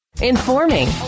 Informing